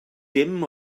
dim